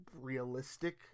realistic